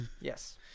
yes